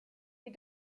est